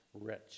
rich